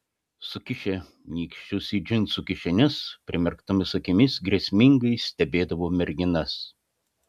sukišę nykščius į džinsų kišenes primerktomis akimis grėsmingai stebėdavo merginas